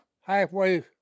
halfway